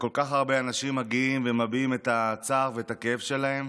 שכל כך הרבה אנשים מגיעים ומביעים את הצער והכאב שלהם.